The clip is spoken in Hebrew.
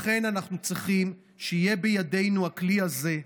לכן אנחנו צריכים שיהיה בידינו הכלי הזה,